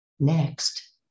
Next